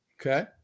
Okay